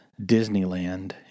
Disneyland